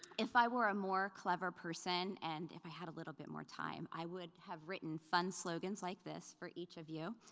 if i were a more clever person, person, and if i had a little bit more time, i would have written fun slogans like this for each of you,